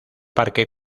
parque